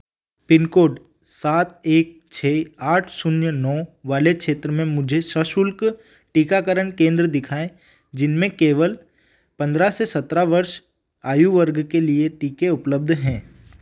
pin code सात एक छः आठ शून्य नौ वाले क्षेत्र में मुझे सशुल्क टीकाकरण केंद्र दिखाएँ जिनमें केवल पंद्रह से सत्रह वर्ष आयु वर्ग के लिए टीके उपलब्ध हैं